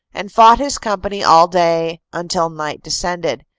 and fought his company all day until night descended.